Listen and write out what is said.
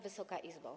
Wysoka Izbo!